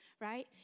right